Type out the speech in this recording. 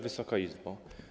Wysoka Izbo!